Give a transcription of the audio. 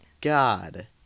God